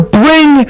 bring